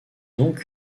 donc